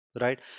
right